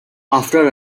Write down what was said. after